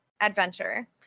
adventure